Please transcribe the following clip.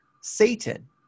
Satan